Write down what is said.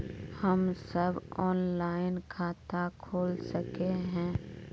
हम सब ऑनलाइन खाता खोल सके है?